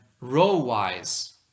row-wise